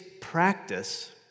practice